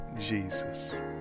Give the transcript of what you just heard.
Jesus